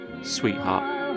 sweetheart